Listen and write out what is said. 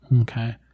Okay